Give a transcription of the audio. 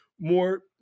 more